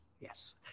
Yes